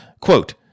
Quote